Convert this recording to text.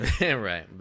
Right